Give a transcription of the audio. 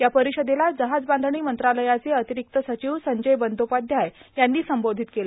या परिषदेला जहाजबांधणी मंत्रालयाचे अतिरिक्त सचिव संजय बंदोपाध्याय यांनी संबोधित केलं